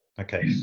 Okay